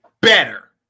better